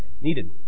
needed